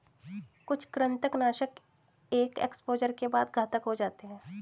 कुछ कृंतकनाशक एक एक्सपोजर के बाद घातक हो जाते है